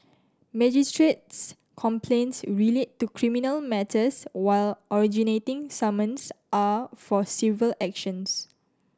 magistrate's complaints relate to criminal matters while originating summons are for civil actions